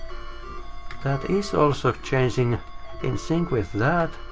that is also changing in sync with that.